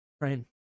right